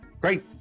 Great